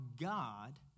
God